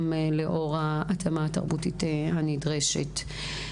גם לאור ההתאמה התרבותית הנדרשת.